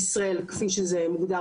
ואז בוחנים את הנסיבות,